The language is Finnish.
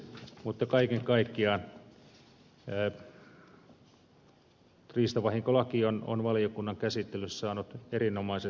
mutta kaiken kaikkiaan riistavahinkolaki on valiokunnan käsittelyssä saanut erinomaisen muodon ja erinomaiset lisäykset